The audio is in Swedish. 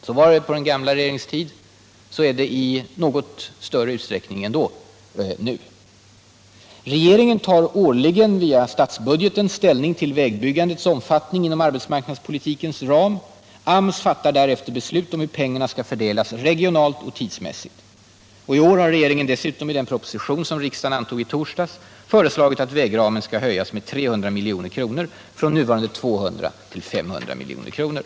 Så var det på den gamla regeringens tid och så är det i något större utsträckning nu. Regeringen tar årligen via statsbudgeten ställning till vägbyggandets omfattning inom arbetsmarknadspolitikens ram. AMS fattar därefter beslut om hur pengarna skall fördelas regionalt och tidsmässigt. I år har regeringen dessutom i den proposition som riksdagen antog i torsdags föreslagit att vägramen skall höjas med 300 milj.kr., från nuvarande 200 till 500 milj.kr.